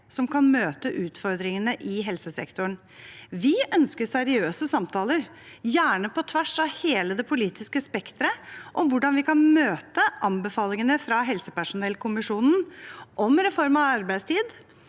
som kan møte utfordringene i helsesektoren. Vi ønsker seriøse samtaler, gjerne på tvers av hele det politiske spekteret, om hvordan vi kan møte anbefalingene fra helsepersonellkommisjonen om reform av arbeidstid,